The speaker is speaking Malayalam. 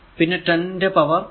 പിന്നെ 10 ന്റെ പവർ 9